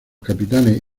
capitanes